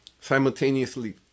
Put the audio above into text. simultaneously